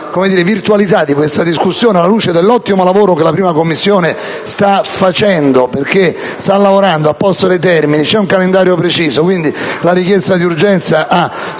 fatte sulla virtualità di questa discussione alla luce dell'ottimo lavoro che la 1a Commissione sta facendo: sta infatti lavorando, ha posto dei termini e vi è un calendario preciso. Quindi, la richiesta d'urgenza ha